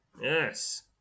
Yes